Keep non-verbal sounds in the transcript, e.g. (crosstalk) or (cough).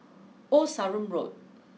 Old Sarum Road (noise)